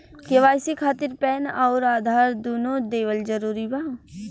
KYC खातिर PAN आउर आधार दुनों देवल जरूरी बा?